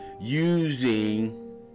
using